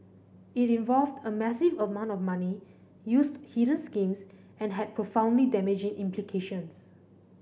it involved a massive amount of money used hidden schemes and had profoundly damaging implications